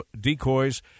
decoys